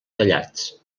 tallats